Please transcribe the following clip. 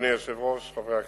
אדוני היושב-ראש, חברי הכנסת,